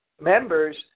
members